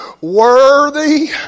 Worthy